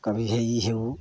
कभी हे इ हे ओ